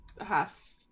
half